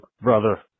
Brother